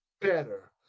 better